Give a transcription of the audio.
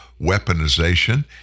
Weaponization